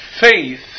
Faith